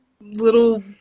little